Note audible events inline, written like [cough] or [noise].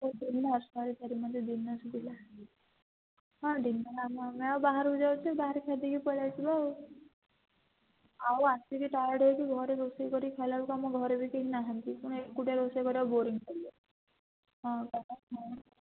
ଓ dinner sorry sorry ମୋତେ ଦିନ ଶୁଭିଲା ହଁ ଡିନର୍ ଆମେ ଆମେ ଆଉ ବାହାରକୁ ଯାଉଛୁ ବାହାରେ ଖାଇଦେଇକି ପଳାଇ ଆସିବା ଆଉ ଆଉ ଆସିକି ଟାୟାର୍ଡ଼୍ ହୋଇକି ଘରେ ରୋଷେଇ କରିକି ଖାଇଲା ବେଳକୁ ଆମ ଘରେ ବି କେହି ନାହାନ୍ତି ପୁଣି ଏକୁଟିଆ ରୋଷେଇ କରିବାକୁ ବୋରିଙ୍ଗ୍ ଲାଗିବ ହଁ [unintelligible] ହଁ